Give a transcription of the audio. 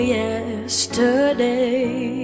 yesterday